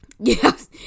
Yes